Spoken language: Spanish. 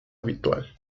habitual